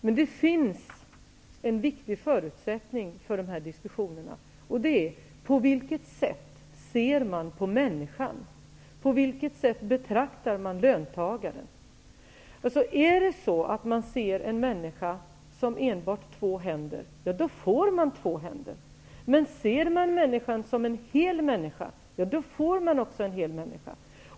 Men det finns en viktig förutsättning för de här diskussionerna. Det handlar om på vilket sätt man ser på människan och på vilket sätt man betraktar löntagaren. Om man ser en människa som enbart två händer, får man två händer. Men om man ser människan som en hel människa, får man en hel människa.